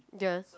yes